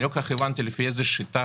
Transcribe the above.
אני לא כל כך הבנתי לפי איזה שיטה